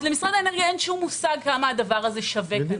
אז למשרד האנרגיה אין שום מושג כמה הדבר הזה שווה.